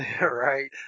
right